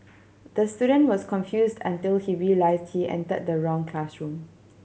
the student was confused until he realised he entered the wrong classroom